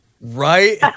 Right